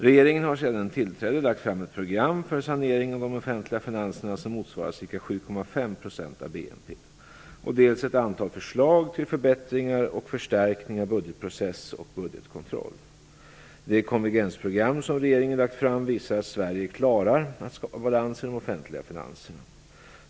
Regeringen har sedan den tillträdde lagt fram dels ett program för sanering av de offentliga finanserna som motsvarar ca 7,5 % av BNP, dels ett antal förslag till förbättringar och förstärkning av budgetprocess och budgetkontroll. Det konvergensprogram som regeringen lagt fram visar att Sverige klarar att skapa balans i de offentliga finanserna.